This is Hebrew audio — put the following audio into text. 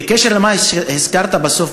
בקשר למה שהזכרת בסוף,